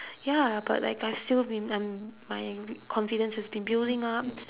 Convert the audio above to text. ya but like I've still been I'm my confidence has been building up